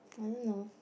I don't know